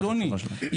אדוני,